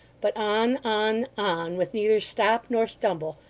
but on, on, on, with neither stop nor stumble,